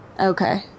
Okay